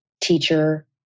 teacher